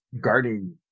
guarding